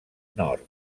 nord